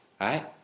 right